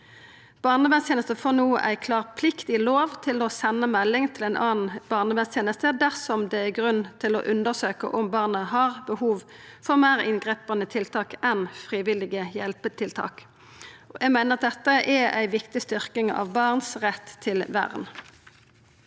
Barnevernstenesta får no ei klar plikt i lov til å senda melding til ei anna barnevernsteneste dersom det er grunn til å undersøkja om barnet har behov for meir inngripande tiltak enn frivillige hjelpetiltak. Eg meiner dette er ei viktig styrking av barns rett til vern.